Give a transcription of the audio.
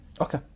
Okay